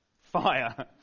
fire